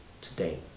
today